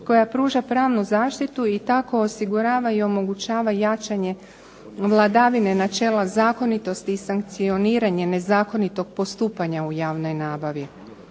koja pruža pravnu zaštitu i tako osigurava i omogućava jačanje vladavine načela zakonitosti i sankcioniranje nezakonitog postupanja u javnoj nabavi.